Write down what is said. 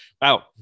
Wow